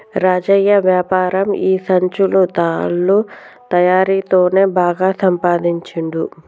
రాజయ్య వ్యాపారం ఈ సంచులు తాళ్ల తయారీ తోనే బాగా సంపాదించుండు